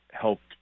helped